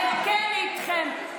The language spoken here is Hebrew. כן איתכם,